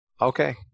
Okay